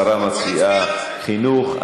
השרה מציעה חינוך.